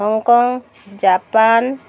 Hong Kong Japan